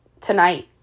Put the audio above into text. tonight